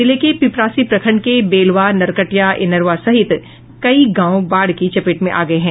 जिले के पिपरासी प्रखंड के बेलवा नरकटिया इनरवा सहित कई गांव बाढ़ की चपेट में आ गये हैं